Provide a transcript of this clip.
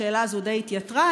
השאלה הזאת די התייתרה.